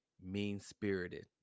mean-spirited